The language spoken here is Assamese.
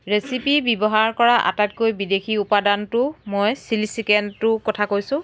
ৰেচিপি ব্যৱহাৰ কৰা আটাইতকৈ বিদেশী উপাদানটো মই চিলি চিকেনটো কথা কৈছোঁ